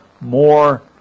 more